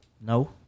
No